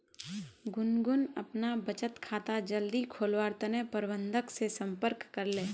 गुनगुन अपना बचत खाता जल्दी खोलवार तने प्रबंधक से संपर्क करले